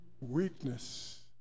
weakness